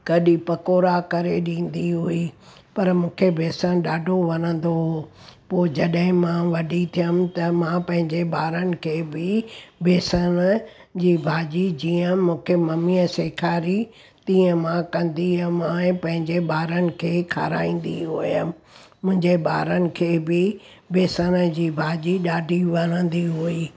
कॾहिं पकौड़ा करे ॾींदी हुई पर मूंखे बेसण ॾाढो वणंदो हुओ पोइ जॾहिं मां वॾी थियमि त मां पंहिंजे ॿारनि खे बि बेसण जी भाॼी जीअं मूंखे ममीअ सेखारी तीअं मां कंदी हुयमि ऐं पंहिंजे ॿारनि खे खाराईंदी हुयमि मुंहिंजे ॿारनि खे बि बेसण जी भाॼी ॾाढी वणंदी हुई